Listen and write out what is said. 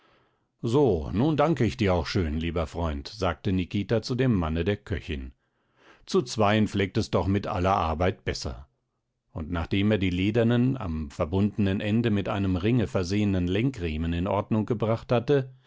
so nun danke ich dir auch schön lieber freund sagte nikita zu dem manne der köchin zu zweien fleckt es doch mit aller arbeit besser und nachdem er die ledernen am verbundenen ende mit einem ringe versehenen lenkriemen in ordnung gebracht hatte